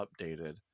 updated